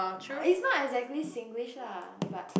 is not exactly Singlish lah but